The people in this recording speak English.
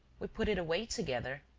we put it away together.